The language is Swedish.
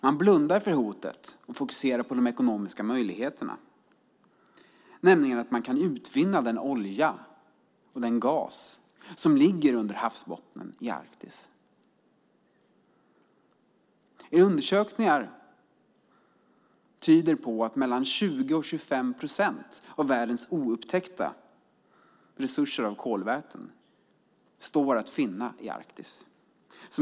Man blundar för hotet och fokuserar på de ekonomiska möjligheterna, nämligen att man kan utvinna den olja och den gas som ligger under havsbottnen i Arktis. Undersökningar tyder på att mellan 20 och 25 procent av världens oupptäckta resurser av kolväten står att finna i Arktis.